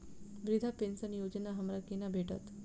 वृद्धा पेंशन योजना हमरा केना भेटत?